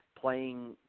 playing